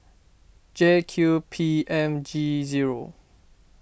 J Q P M G zero